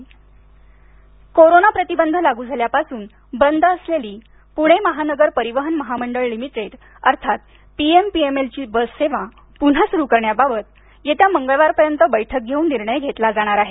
PMPML corona प्रतिबंध लागू झाल्यापासून बंद असलेली पुणे महानगर परिवहन महामंडळ लिमिटेड अर्थात P M P M L ची बस सेवा प्न्हा सुरू करण्याबाबत येत्या मंगळवारपर्यंत बैठक घेऊन निर्णय घेतला जाणार आहे